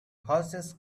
horses